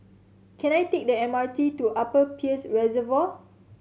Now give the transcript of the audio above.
can I take the M R T to Upper Peirce Reservoir